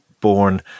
born